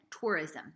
tourism